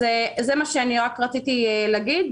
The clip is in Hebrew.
זה מה שאני רק רציתי להגיד